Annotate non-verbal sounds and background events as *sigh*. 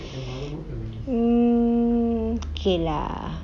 *breath* mm okay lah